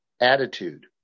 attitude